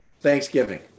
thanksgiving